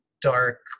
dark